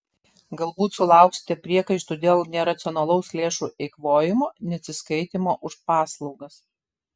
galbūt sulauksite priekaištų dėl neracionalaus lėšų eikvojimo neatsiskaitymo už paslaugas